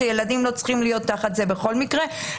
שילדים לא צריכים להיות תחת זה בכל מקרה.